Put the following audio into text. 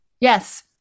Yes